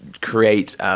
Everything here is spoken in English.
create